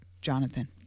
jonathan